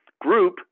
group